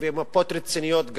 מפות רציניות,